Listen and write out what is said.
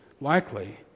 likely